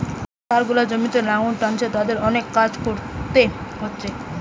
যে ষাঁড় গুলা জমিতে লাঙ্গল টানছে তাদের অনেক কাজ কোরতে হচ্ছে